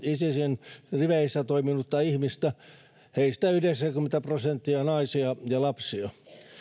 isisin riveissä toiminutta ihmistä heistä yhdeksänkymmentä prosenttia naisia ja lapsia